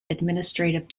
administrative